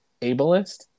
ableist